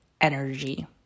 energy